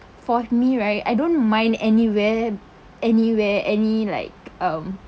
for me right I don't mind anywhere anywhere any like um